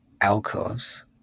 alcoves